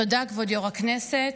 תודה, כבוד יו"ר הישיבה.